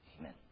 Amen